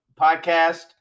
podcast